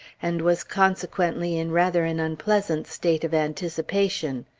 and was consequently in rather an unpleasant state of anticipation.